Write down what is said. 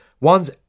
one's